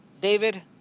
David